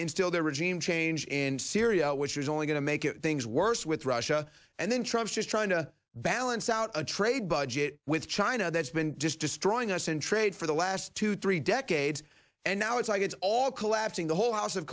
instill the regime change in syria which is only going to make it things worse with russia and then trouble just trying to balance out a trade budget with china that's been destroying us in trade for the last two three decades and now it's like it's all collapsing the whole house of